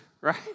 right